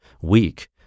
weak